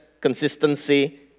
consistency